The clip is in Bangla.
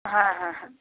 হ্যাঁ হ্যাঁ হ্যাঁ